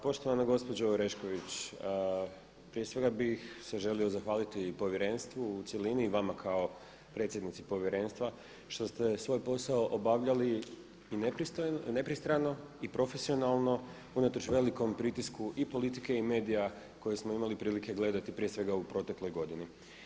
Poštovana gospođo Orešković, prije svega bih se želio zahvaliti i Povjerenstvu u cjelini i vama kao predsjednici Povjerenstva što ste svoj posao obavljali i nepristrano i profesionalno unatoč velikom pritisku i politike i medija koje smo imali prilike gledati prije svega u protekloj godini.